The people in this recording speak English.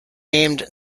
named